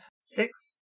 Six